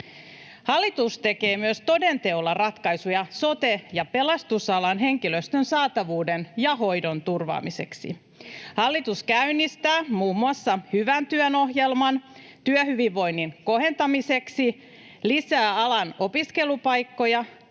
Hallitus tekee myös toden teolla ratkaisuja sote- ja pelastusalan henkilöstön saatavuuden ja hoidon turvaamiseksi. Hallitus käynnistää muun muassa hyvän työn ohjelman työhyvinvoinnin kohentamiseksi, lisää alan opiskelupaikkoja,